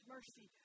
Mercy